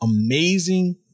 amazing